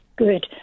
Good